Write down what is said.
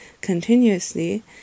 continuously